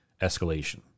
escalation